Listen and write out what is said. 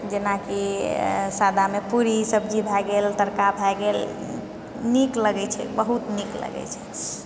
जेना कि अइ सादामे पूड़ी सब्जी भए गेल तड़का भए गेल नीक लागै छै बहुत नीक लागै छै